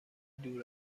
دور